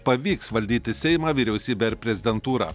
pavyks valdyti seimą vyriausybę ir prezidentūrą